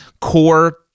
core